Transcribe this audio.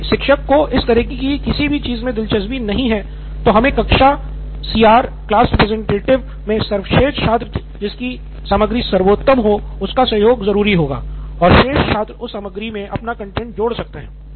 यदि शिक्षक को इस तरह की किसी चीज में दिलचस्पी नहीं है तो हमें कक्षा सीआर या कक्षा में सर्वश्रेष्ठ छात्र जिसकी सामग्री सर्वोत्तम हो उसका सहयोग ज़रूरी होगा और शेष छात्र उस सामग्री मे अपना कंटैंट जोड़ सकते हैं